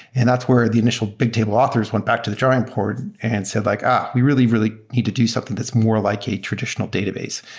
and that's where the initial bigtable authors went back to the drawing board and said like, ah! we really, really need to do something that's more like a traditional database,